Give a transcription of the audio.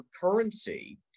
currency